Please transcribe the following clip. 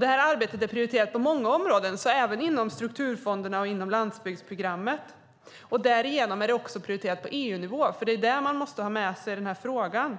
Det här arbetet är prioriterat på många områden, även inom strukturfonderna och inom landsbygdsprogrammet. Därigenom är arbetet prioriterat också på EU-nivå, för det är där man måste ha med sig frågan.